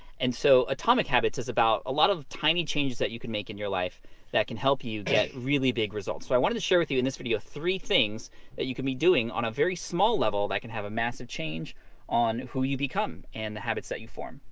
and so atomic habits is about a lot of tiny changes that you can make in your life that can help you you get really big results. so i wanted to share with you in this video three things that you can be doing on a very small level that can have a massive change on who you become and the habits that you form.